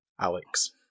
Alex